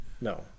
No